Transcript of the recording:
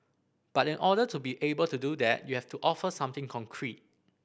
but in order to be able to do that you have to offer something concrete